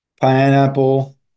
pineapple